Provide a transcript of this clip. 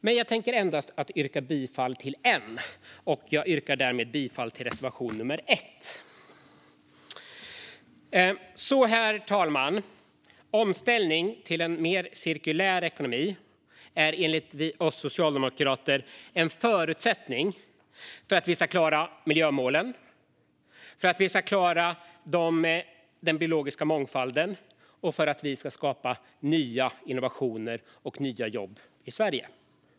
Men jag kommer att yrka bifall endast till reservation nummer 1, där en av våra motioner finns med. Omställning till en mer cirkulär ekonomi är enligt oss socialdemokrater en förutsättning för att vi ska klara miljömålen, för att vi ska klara den biologiska mångfalden och för att vi ska skapa nya innovationer och nya jobb i Sverige.